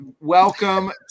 Welcome